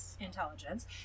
intelligence